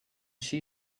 she